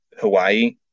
hawaii